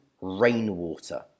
rainwater